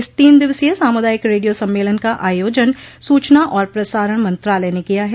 इस तीन दिवसीय सामुदायिक रेडियो सम्मेलन का आयोजन सूचना और प्रसारण मंत्रालय ने किया है